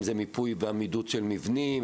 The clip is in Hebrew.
אם זה מיפוי ועמידות של מבנים,